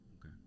okay